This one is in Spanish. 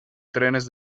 trenes